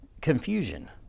confusion